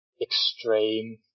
Extreme